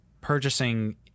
purchasing